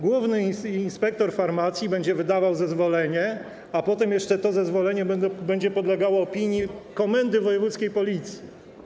Główny inspektor farmacji będzie wydawał zezwolenie, a potem to zezwolenie będzie jeszcze podlegało opinii komendy wojewódzkiej Policji.